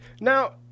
Now